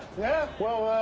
yeah, well,